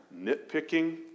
nitpicking